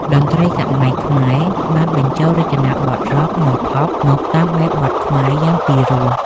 តន្ត្រីសម័យខ្មែរបានបញ្ចូលរចនាបថរ៉ុក និងផប មកតាមបែបបទខ្មែរយ៉ាងពីរោះ។